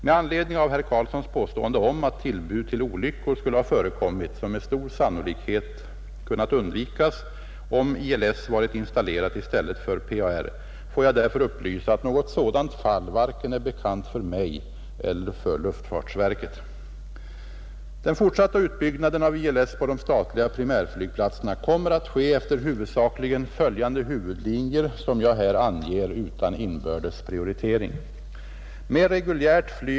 Med anledning av herr Karlssons påstående om att tillbud till olyckor skulle ha förekommit som med stor sannolikhet kunnat undvikas om ILS varit installerat i stället för PAR får jag därför upplysa att något sådant fall inte är bekant vare sig för mig eller för luftfartsverket. Den fortsatta utbyggnaden av ILS på de statliga primärflygplatserna kommer att ske efter huvudsakligen följande huvudlinjer, som jag här anger utan inbördes prioritering.